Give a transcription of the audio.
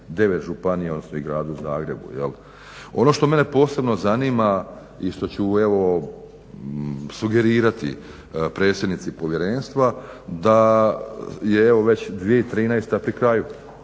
9 županija odnosno i Gradu Zagrebu. Ono što mene posebno zanima i što ću evo sugerirati predsjednici povjerenstva da je evo već 2013. pri kraju,